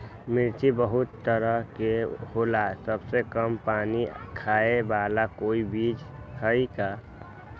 मिर्ची बहुत तरह के होला सबसे कम पानी खाए वाला कोई बीज है का?